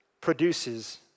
produces